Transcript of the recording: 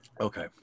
Okay